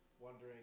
wondering